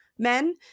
men